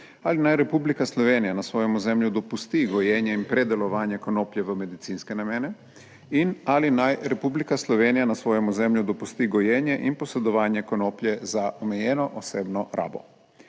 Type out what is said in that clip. ali naj Republika Slovenija na svojem ozemlju dopusti gojenje in predelovanje konoplje v medicinske namene in ali naj Republika Slovenija na svojem ozemlju dopusti gojenje in posedovanje konoplje za omejeno 86. TRAK: